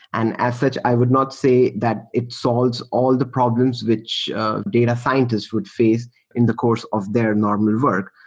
and as such, i would not say that it solves all the problems which a data scientist would face in the course of their normal work.